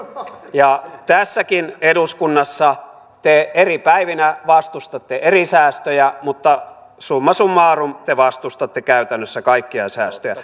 ja tässäkin eduskunnassa te eri päivinä vastustatte eri säästöjä mutta summa summarum te vastustatte käytännössä kaikkia säästöjä